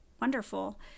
wonderful